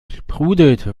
sprudelte